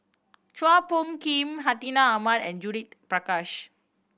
Chua Phung Kim Hartinah Ahmad and Judith Prakash